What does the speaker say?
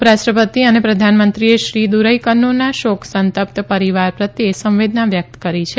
ઉપરાષ્ટ્રપતિ અને પ્રધાનમંત્રીએ શ્રી દુરઇકજ્ઞુના શોકસંતપ્ત પરિવાર પ્રત્યે સંવેદના વ્યક્ત કરી છે